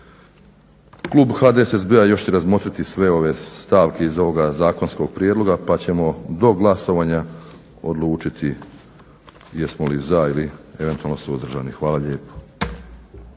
Klub HDSSB-a još će razmotriti sve ove stavke iz ovoga zakonskog prijedloga pa ćemo do glasovanja odlučiti jesmo li za ili eventualno suzdržani. Hvala lijepo.